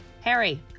Harry